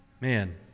Man